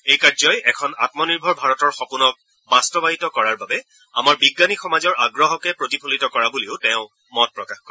এই কাৰ্যই এখন আমনিৰ্ভৰ ভাৰতৰ সপোনক বাস্তৱায়িত কৰাৰ বাবে আমাৰ বিজ্ঞানী সমাজৰ আগ্ৰহকে প্ৰতিফলিত কৰা বুলিও তেওঁ মত প্ৰকাশ কৰে